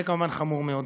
זה כמובן חמור מאוד.